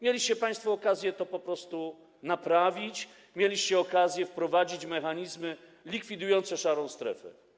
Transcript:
Mieliście państwo okazję to po prostu naprawić, mieliście okazję wprowadzić mechanizmy likwidujące szarą strefę.